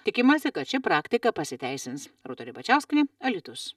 tikimasi kad ši praktika pasiteisins rūta ribačiauskienė alytus